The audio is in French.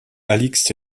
alix